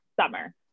summer